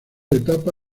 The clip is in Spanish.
etapa